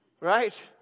Right